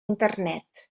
internet